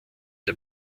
der